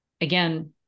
again